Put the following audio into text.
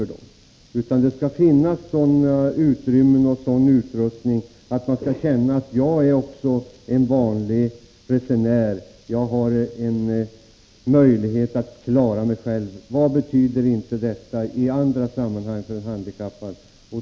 Skall det alltså finnas sådana utrymmen och sådan utrustning att en rullstolsbunden kan känna att han eller hon är en vanlig resenär och har möjlighet att klara sig själv? Vad betyder inte detta i andra sammanhang för en handikappad?